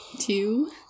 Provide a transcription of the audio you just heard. Two